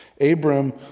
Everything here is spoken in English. Abram